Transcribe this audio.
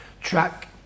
track